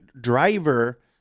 Driver